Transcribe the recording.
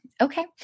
Okay